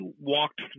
walked